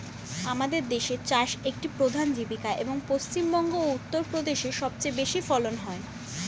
আমাদের দেশে চাষ একটি প্রধান জীবিকা, এবং পশ্চিমবঙ্গ ও উত্তরপ্রদেশে সবচেয়ে বেশি ফলন হয়